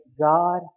God